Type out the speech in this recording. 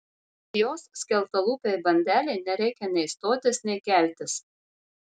jos skeltalūpei bandelei nereikia nei stotis nei keltis